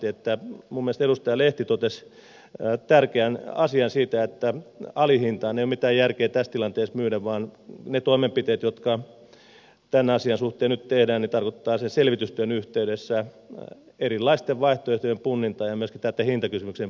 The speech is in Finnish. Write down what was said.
minun mielestäni edustaja lehti totesi tärkeän asian sen että alihintaan ei ole mitään järkeä tässä tilanteessa myydä vaan ne toimenpiteet jotka tämän asian suhteen nyt tehdään tarkoittavat sen selvitystyön yhteydessä erilaisten vaihtoehtojen punnintaa ja myöskin näitten hintakysymyksien punnintaa